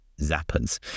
zappers